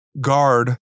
guard